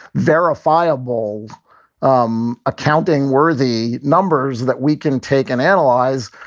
verifiable um accounting worthy numbers that we can take and analyze.